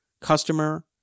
customer